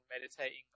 meditating